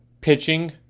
pitching